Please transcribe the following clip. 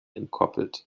entkoppelt